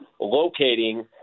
locating